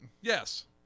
Yes